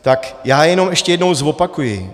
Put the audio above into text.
Tak já jenom ještě jednou zopakuji.